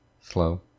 slow